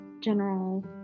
general